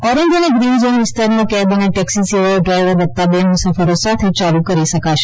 orange અને green zone વિસ્તારોમાં cab અને ટેક્સી સેવાઓ ડ્રાયવર વત્તા બે મુસાફરો સાથે ચાલુ કરી શકાશે